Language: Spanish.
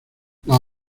las